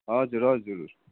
हजुर हजुर